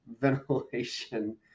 ventilation